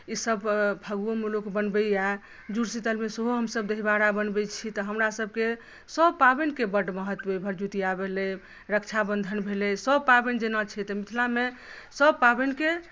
ई सब फगुओ मे लोक बनबैया जुड़शीतलमे सेहो हमसब दहीबारा बनबै छी तऽ हमरा सबके सब पाबनिके बड महत्त्व अहि भरदुतिया भेलै रक्षाबंधन भेलै सब पाबनि जेना छै तऽ मिथिलामे सब पाबनिकेँ